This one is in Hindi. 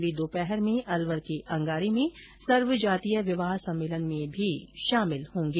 वे दोपहर में अलवर के अंगारी में सर्वजातीय विवाह सम्मेलन में भी सम्मिलित होंगे